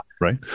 right